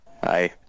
Hi